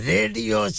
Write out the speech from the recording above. Radio